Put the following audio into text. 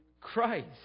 Christ